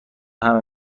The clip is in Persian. همه